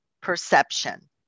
perception